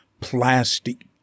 plastic